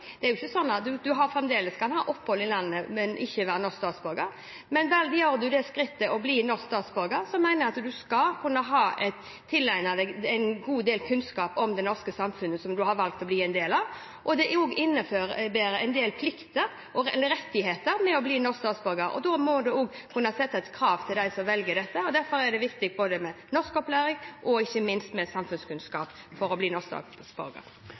fremdeles kan ha fått opphold i landet, men ikke være norske statsborgere. Men tar en det skritt å bli norsk statsborger, mener jeg at en skal kunne tilegne seg en god del kunnskap om det norske samfunnet, som en har valgt å bli en del av. Det innebærer en del rettigheter å bli norsk statsborger. Da må det også kunne settes krav til dem som velger dette. Derfor er det viktig med både norskopplæring og, ikke minst, samfunnskunnskap for å bli